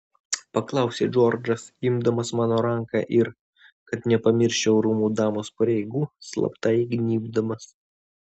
paklausė džordžas imdamas mano ranką ir kad nepamirščiau rūmų damos pareigų slapta įgnybdamas